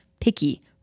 picky